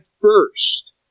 first